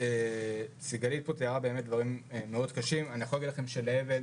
סיגלית תיארה דברים קשים, אני יכול להגיד שבאבל